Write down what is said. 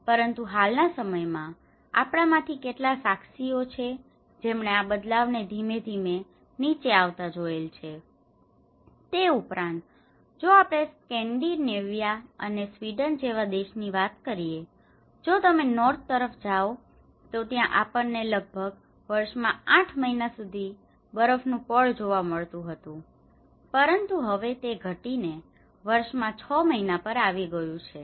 પરંતુ હાલ ના સમય માં આપણા માંથી કેટલા સાક્ષીઓ છે જેમણે આ બદલાવને ધીમે ધીમે નીચે આવતા જોયેલો છે તે ઉપરાંત જો આપણે સ્કેન્ડીનેવ્યા અને સ્વીડન જેવા દેશો ની વાત કરીએ જો તમે નોર્થ તરફ જાઓ તો ત્યાં આપણને લગભગ વર્ષમાં 8 મહિના સુધી બરફ નું પડ જોવા મળતું હતું પરંતુ હવે તે ઘટી ને વર્ષ માં 6 મહિના પર આવી ગયું છે